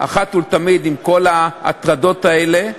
אחת ולתמיד את כל ההטרדות האלה.